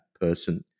person